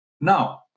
Now